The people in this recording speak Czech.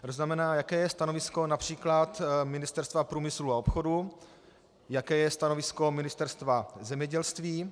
To znamená, jaké je stanovisko například Ministerstva průmyslu a obchodu, jaké je stanovisko Ministerstva zemědělství.